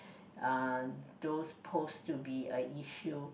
uh those posed to be a issue